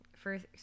first